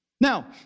Now